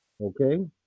Okay